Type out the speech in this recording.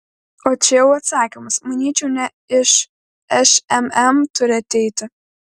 o čia jau atsakymas manyčiau ne iš šmm turi ateiti